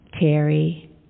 Terry